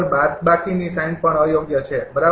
બાદબાકીની sign પણ અયોગ્ય છે બરાબર